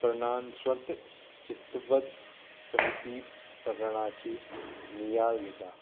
प्रणान स्वंत शिस्तबत समिती प्रकरणाची नियाळ घेता